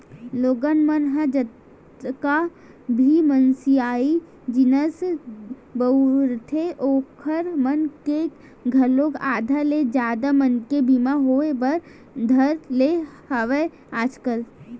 लोगन मन ह जतका भी मसीनरी जिनिस बउरथे ओखर मन के घलोक आधा ले जादा मनके बीमा होय बर धर ने हवय आजकल